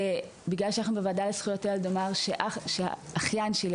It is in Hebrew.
בגלל שאנחנו בוועדה לזכויות הילד אני אומר שהאחיין שלי,